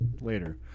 later